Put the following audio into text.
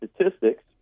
statistics